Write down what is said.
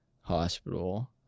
hospital